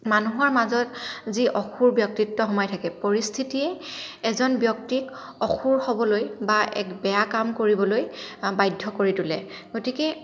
মানুহৰ মাজত যি অসুৰ ব্যক্তিত্ব সোমাই থাকে পৰিস্থিতিয়ে এজন ব্যক্তিক অসুৰ হ'বলৈ বা এক বেয়া কাম কৰিবলৈ বাধ্য কৰি তোলে গতিকে